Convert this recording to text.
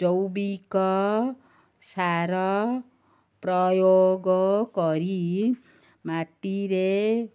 ଜୈବିକ ସାର ପ୍ରୟୋଗ କରି ମାଟିରେ